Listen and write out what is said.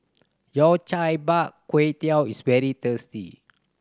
Yao Cai bak kwey teow is very thirsty